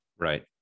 Right